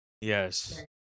Yes